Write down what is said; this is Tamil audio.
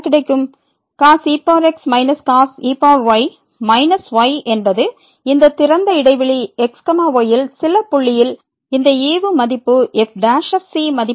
cos ex cos ey minus y என்பது இந்த திறந்த இடைவெளி x y யில் சில புள்ளியில் இந்த ஈவு மதிப்பு f மதிப்புக்கு